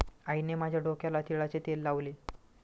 आईने माझ्या डोक्याला तिळाचे तेल लावले